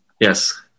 Yes